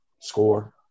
score